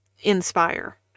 inspire